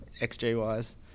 XG-wise